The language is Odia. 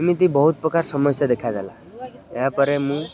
ଏମିତି ବହୁତ ପ୍ରକାର ସମସ୍ୟା ଦେଖାଦେଲା ଏହାପରେ ମୁଁ